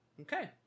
Okay